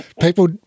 People –